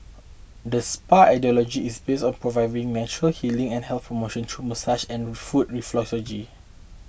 the spa ideology is based on providing natural healing and health promotion through massage and foot reflexology